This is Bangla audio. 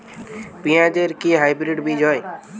পেঁয়াজ এর কি হাইব্রিড বীজ হয়?